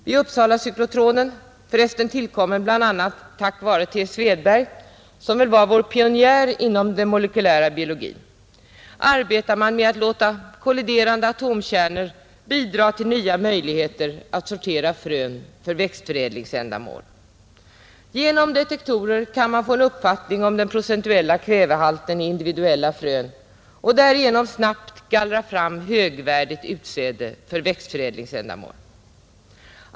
Vid Uppsalacyklotronen, för resten tillkommen bl.a. tack vare The Svedberg som väl var vår pionjär inom den molekylära biologin, arbetar man med att låta kolliderande atomkärnor bidraga till nya möjligheter att sortera frön för växtförädlingsändamål. Genom detektorer kan man få en uppfattning om den procentuella kvävehalten i individuella frön och därigenom snabbt gallra fram högvärdigt utsäde för växtförädlingsändamål.